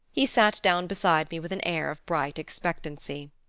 he sat down beside me with an air of bright expectancy.